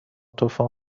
طوفان